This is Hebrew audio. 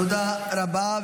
תודה רבה.